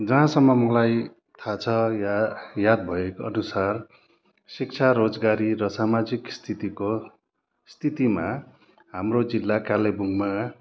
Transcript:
जहाँसम्म मलाई थाह छ या याद भएको अनुसार शिक्षा रोजगारी र सामाजिक स्थितिको स्थितिमा हाम्रो जिल्ला कालेबुङमा